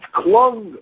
clung